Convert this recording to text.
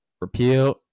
repeal